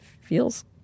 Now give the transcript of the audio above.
feels